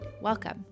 Welcome